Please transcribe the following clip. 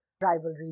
rivalry